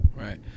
Right